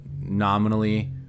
nominally